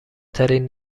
ترین